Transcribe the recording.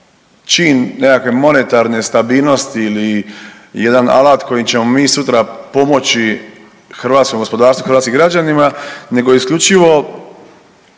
čin nekakve monetarne stabilnosti ili jedan alat kojim ćemo mi sutra pomoći hrvatskom gospodarstvu, hrvatskim građanima nego isključivo